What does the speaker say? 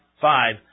five